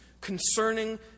concerning